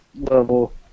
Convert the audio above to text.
level